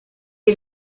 est